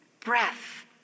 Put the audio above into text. breath